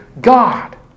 God